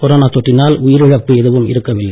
corona தொற்றினால் உயிரிழப்பு எதுவும் இருக்கவில்லை